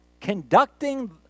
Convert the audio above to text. conducting